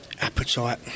appetite